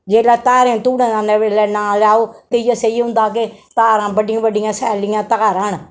जेल्लै धारें धूड़ां दा नां लैओ ते इ'यां सेही होंदा कि धारां बड्डियां बड्डियां सैल्लियां धारां न